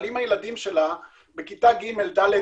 אבל אם הילדים שלה בבית הספר היסודי